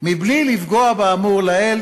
מבלי לפגוע באמור לעיל,